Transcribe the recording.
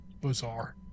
bizarre